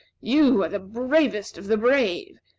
you are the bravest of the brave.